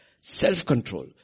self-control